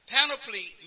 Panoply